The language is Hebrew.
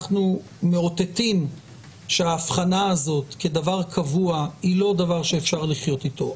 אנחנו מאותתים שהבחנה הזאת כדבר קבוע היא לא דבר שאפשר לחיות איתו.